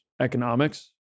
economics